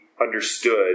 understood